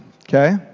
okay